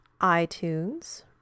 iTunes